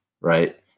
right